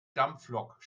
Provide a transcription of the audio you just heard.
dampflok